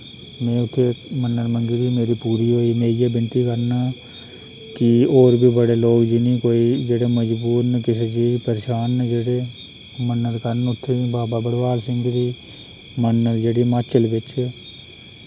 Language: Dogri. मैं उत्थे मन्नत मंगी दी ही मेरी पूरी होई मैं इयै बिनती करना कि और बी बड़े लोक जिनें कोई जेह्ड़े मजबूर न किसे चीज परेशान न जेह्ड़े मन्नत करन उत्थै बाबा भड़वल सिंह दी मन्नत जेह्ड़ी माचल बिच